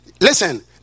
listen